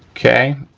okay,